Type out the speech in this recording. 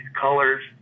colors